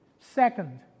Second